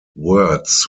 words